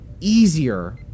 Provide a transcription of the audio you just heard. easier